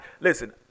listen